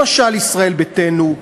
למשל ישראל ביתנו,